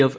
F